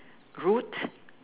roots